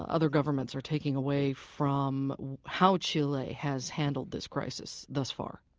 ah other governments, are taking away from how chile has handled this crisis thus far?